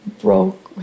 broke